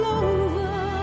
over